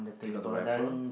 they got the wrapper